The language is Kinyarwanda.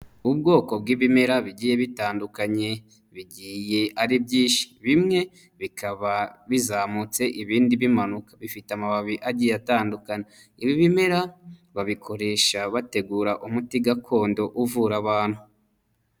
Ubwoko bw'ibimera bigiye bitandukanye bigiye ari byinshi, bimwe bikaba bizamutse ibindi bimanuka, bifite amababi agiye atandukana. Ibimera babikoresha bategura umuti gakondo uvura abantu.